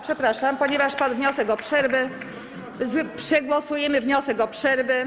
Przepraszam, ponieważ padł wniosek o przerwę, przegłosujemy wniosek o przerwę.